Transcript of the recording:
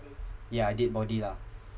yeah dead body lah